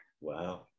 Wow